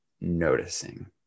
noticing